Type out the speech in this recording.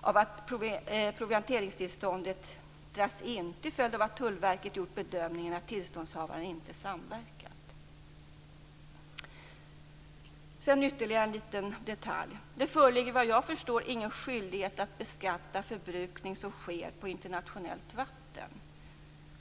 av att provianteringstillståndet dras in till följd av att Tullverket har gjort bedömningen att tillståndshavaren inte har samverkat. Sedan vill jag ta upp ytterligare en liten detalj. Det föreligger, såvitt jag förstår, ingen skyldighet att beskatta förbrukning som sker på internationellt vatten.